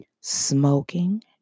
smoking